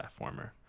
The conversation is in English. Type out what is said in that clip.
platformer